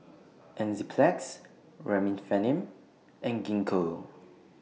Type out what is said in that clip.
Enzyplex Remifemin and Gingko